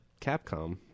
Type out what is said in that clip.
Capcom